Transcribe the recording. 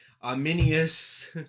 Arminius